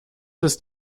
ist